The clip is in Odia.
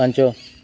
ପାଞ୍ଚ